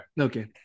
Okay